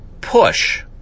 push